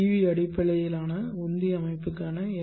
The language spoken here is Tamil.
வி அடிப்படையிலான உந்தி அமைப்புக்கான எல்